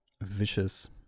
vicious